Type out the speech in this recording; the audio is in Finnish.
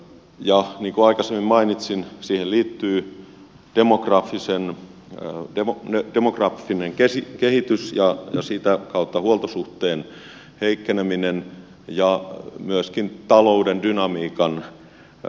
ja niin kuin aikaisemmin mainitsin siihen liittyy demografinen kehitys ja sitä kautta huoltosuhteen heikkeneminen ja myöskin talouden dynamiikan oheneminen